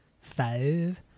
Five